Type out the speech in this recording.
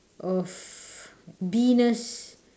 of B ness